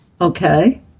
Okay